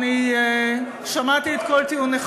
אני שמעתי את כל טיעוניכם,